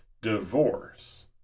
divorce